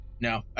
no